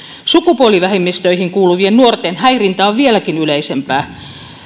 sukupuolivähemmistöihin kuuluvien nuorten häirintä on vieläkin yleisempää